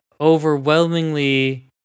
Overwhelmingly